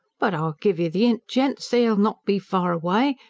but i'll give you the int, gents. they'll not be far away.